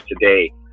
today